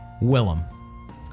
Willem